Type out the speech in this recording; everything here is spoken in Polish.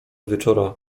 wieczora